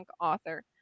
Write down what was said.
author